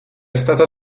stata